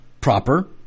proper